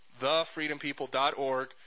thefreedompeople.org